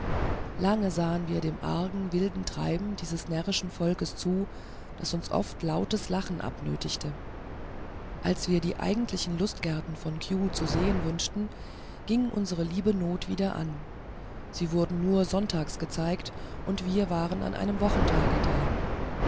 lange sahen wir dem argen wilden treiben dieses närrischen volkes zu das uns oft lautes lachen abnötigte als wir die eigentlichen lustgärten von kew zu sehen wünschten ging unsere alte not wieder an sie wurden nur sonntags gezeigt und wir waren an einem wochentage da